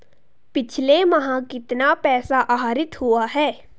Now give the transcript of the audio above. पिछले माह कितना पैसा आहरित हुआ है?